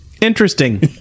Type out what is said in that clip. interesting